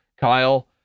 Kyle